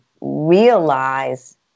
realize